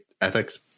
Ethics